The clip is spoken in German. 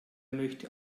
möchte